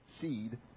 seed